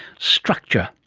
structure,